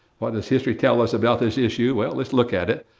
what does history tell us about this issue? well, let's look at it.